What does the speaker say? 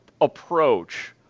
approach